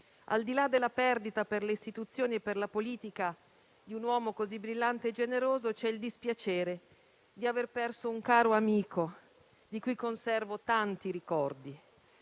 Al di là della perdita, per le istituzioni e per la politica, di un uomo così brillante e generoso, c'è il dispiacere di aver perso un caro amico, di cui conservo tanti ricordi.